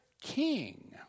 king